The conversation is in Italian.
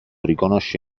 riconosce